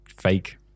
fake